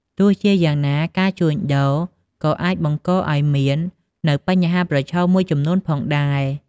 ទោះជាយ៉ាងណា ការជួញដូរក៏អាចបង្កឱ្យមាននៅបញ្ហាប្រឈមមួយចំនួនផងដែរ។